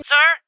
Sir